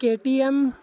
KTM